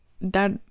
that-